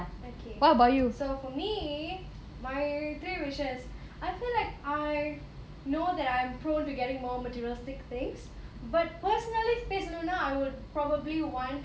okay so for me my three wishes I feel like I know that I'm prone to getting more materialistic things but personally பேசனூனா:pesanoona I would probably want